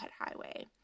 Highway